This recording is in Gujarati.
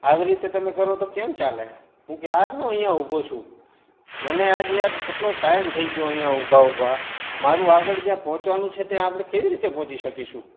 આવી રીતે તમે કરો તો કેમ ચાલે હું ક્યારનો અહીંયા ઉભો છું મને હજી યાર કેટલો ટાઇમ થઇ ગયો અહીંયા ઉભા ઉભા મારું આગળ જ્યાં પહોંચવાનું છે ત્યાં કેવી રીતે પહોંચી શકીશું